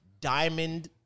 diamond